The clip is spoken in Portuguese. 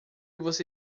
você